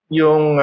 yung